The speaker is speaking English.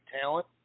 talent